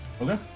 Okay